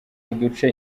uduce